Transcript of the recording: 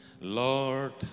Lord